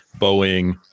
Boeing